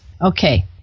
Okay